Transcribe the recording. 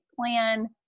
plan